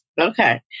Okay